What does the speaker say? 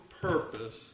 purpose